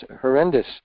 horrendous